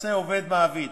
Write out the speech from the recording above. יחסי עובד-מעביד.